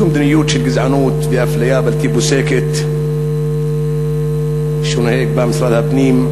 זו מדיניות של גזענות ואפליה בלתי פוסקת שנוהג בה משרד הפנים,